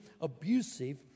abusive